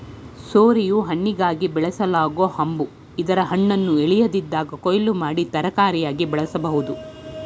ಸೋರೆಯು ಹಣ್ಣಿಗಾಗಿ ಬೆಳೆಸಲಾಗೊ ಹಂಬು ಇದರ ಹಣ್ಣನ್ನು ಎಳೆಯದಿದ್ದಾಗ ಕೊಯ್ಲು ಮಾಡಿ ತರಕಾರಿಯಾಗಿ ಬಳಸ್ಬೋದು